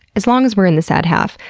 as long as we are in the sad half,